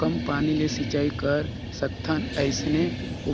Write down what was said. कम पानी ले सिंचाई कर सकथन अइसने